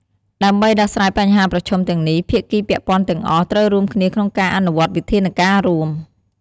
ដើម្បីដោះស្រាយបញ្ហាប្រឈមទាំងនេះ ភាគីពាក់ព័ន្ធទាំងអស់ ត្រូវរួមគ្នាក្នុងការអនុវត្តវិធានការណ៍រួម។